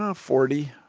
ah forty,